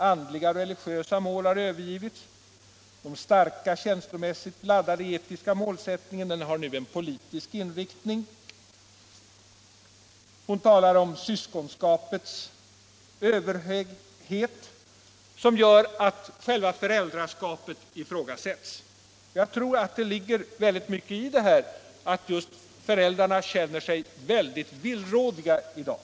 Andliga och religiösa mål har övergivits till största delen. Den starka, känslomässigt laddade etiska målsättningen har nu en politisk inriktning.” Hon talar om syskonskapets ”överhöghet” som gör att själva föräldraskapet ifrågasätts. Jag tror att det ligger mycket i det här att föräldrarna känner sig väldigt villrådiga i dag.